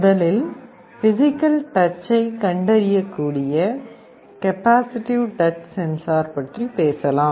முதலில் பிஸிகல் டச்சைக் கண்டறியக்கூடிய கெபாசிட்டிவ் டச் சென்சார் பற்றி பேசலாம்